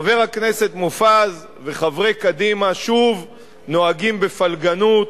חבר הכנסת מופז וחברי קדימה שוב נוהגים בפלגנות,